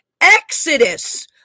Exodus